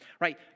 right